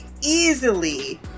easily